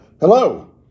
Hello